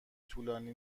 طولانی